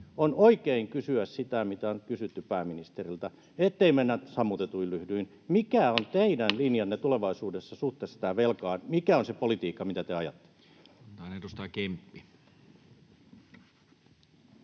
on oikein kysyä sitä, mitä on kysytty pääministeriltä, ettei mennä sammutetuin lyhdyin: mikä on teidän linjanne tulevaisuudessa suhteessa tähän velkaan, mikä on se politiikka, mitä te ajatte? Näin. — Edustaja Kemppi.